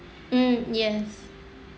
mm yes